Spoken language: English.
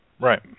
Right